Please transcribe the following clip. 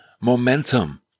momentum